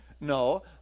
No